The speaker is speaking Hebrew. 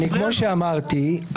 כמו שאמרתי,